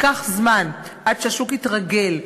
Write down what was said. ייקח זמן עד שהשוק יתרגל,